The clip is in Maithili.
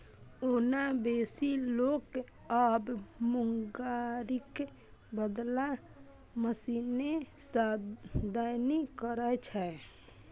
ओना बेसी लोक आब मूंगरीक बदला मशीने सं दौनी करै छै